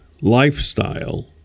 lifestyle